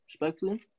respectfully